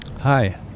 Hi